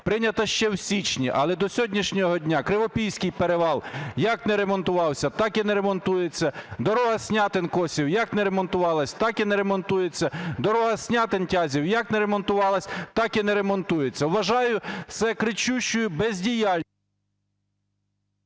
прийнята ще в січні. Але до сьогоднішнього дня Кривопільський перевал як не ремонтувався, так і не ремонтується. Дорога Снятин-Косів як не ремонтувалася, так і не ремонтується. Дорога Снятин-Тязів як не ремонтувалася, так і не ремонтується. Вважаю це кричущою бездіяльністю…